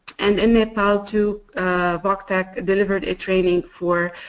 and in nepal too voctec delivered a training for